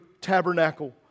tabernacle